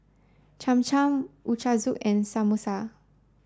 Cham Cham Ochazuke and Samosa